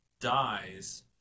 dies